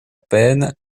peine